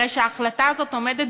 הרי שההחלטה הזאת עומדת